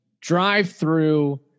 drive-through